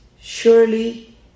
Surely